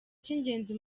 cy’ingenzi